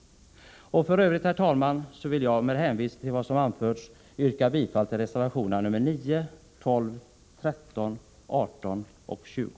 F. ö. vill jag med hänvisning till vad som anförts yrka bifall till reservationerna 9, 12, 13, 18 och 20.